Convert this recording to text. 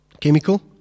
Chemical